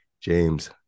James